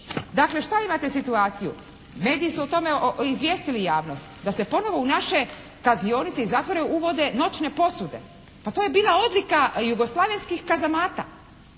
Dakle, šta imate situaciju. Mediji su o tome izvijestili javnost da se ponovo u naše kaznionice i zatvore uvode noćne posude. Pa to je bila odlika jugoslavenskih kazamata.